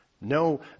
No